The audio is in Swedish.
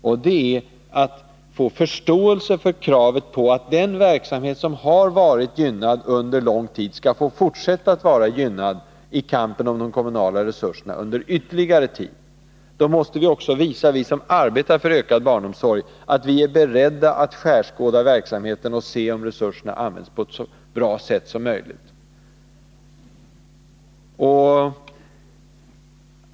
Det gäller nämligen att få förståelse för kraven på att den verksamhet som har varit gynnad under lång tid skall få fortsätta att vara gynnad i kampen om de kommunala resurserna under ytterligare tid. Då måste vi som arbetar för ökad barnomsorg visa att vi är beredda att skärskåda verksamheten och se om resurserna används på ett så bra sätt som möjligt.